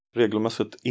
regelmässigt